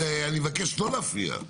אני מבקש לא להפריע.